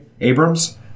Abrams